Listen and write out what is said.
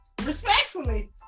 Respectfully